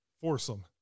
foursome